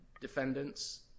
defendants